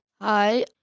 hi